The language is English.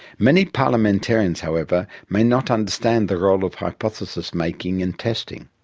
many parliamentarians, however, may not understand the role of hypotheses-making and testing.